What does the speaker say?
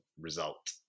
result